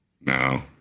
No